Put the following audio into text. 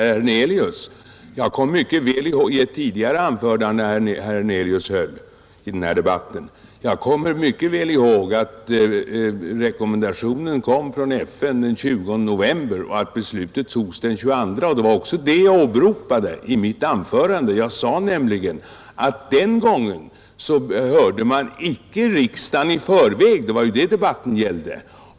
Herr talman! Jag begärde ordet för att korrigera vad herr Hernelius sade i ett tidigare anförande. Jag kommer mycket väl ihåg att rekommendationen från FN kom den 20 november och att beslutet fattades den 22 november. Det åberopade jag också i mitt anförande. Jag sade nämligen att den gången hördes inte riksdagen i förväg, det var det debatten gällde.